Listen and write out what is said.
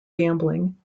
gambling